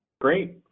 Great